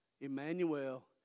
Emmanuel